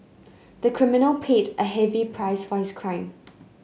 the criminal paid a heavy price for his crime